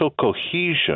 cohesion